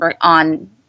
on